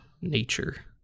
nature